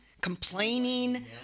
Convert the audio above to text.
complaining